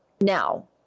now